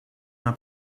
una